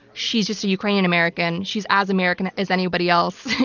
she's just a ukrainian american, she's as american as anybody else.